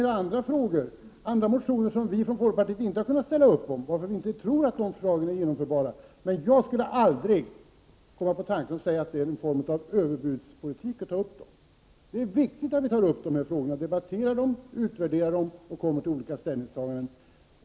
Det finns även en del andra motioner som vi från folkpartiet inte har kun nat ställa oss bakom, eftersom vi inte tror att förslagen i dem är genomförbara. Men jag skulle aldrig komma på tanken att säga att de är en form av överbudspolitik. Det är viktigt att dessa frågor tas upp och debatteras och utvärderas och att man kommer fram till olika ställningstaganden.